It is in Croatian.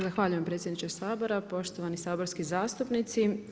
Zahvaljujem predsjedniče Sabora, poštovani saborski zastupnici.